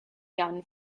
yun